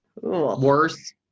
worse